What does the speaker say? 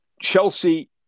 Chelsea